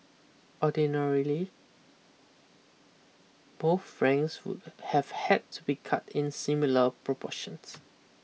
ordinarily both franks would have had to be cut in similar proportions